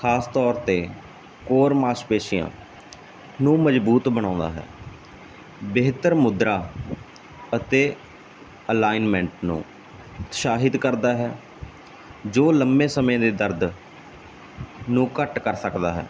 ਖਾਸ ਤੌਰ ਤੇ ਹੋਰ ਮਾਸ਼ਪੇਸ਼ੀਆਂ ਨੂੰ ਮਜਬੂਤ ਬਣਾਉਂਦਾ ਹੈ ਬਿਹਤਰ ਮੁਦਰਾ ਅਤੇ ਅਲਾਈਨਮੈਂਟ ਨੂੰ ਉਤਸ਼ਾਹਿਤ ਕਰਦਾ ਹੈ ਜੋ ਲੰਮੇ ਸਮੇਂ ਦੇ ਦਰਦ ਨੂੰ ਘੱਟ ਕਰ ਸਕਦਾ ਹੈ